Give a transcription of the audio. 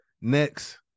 Next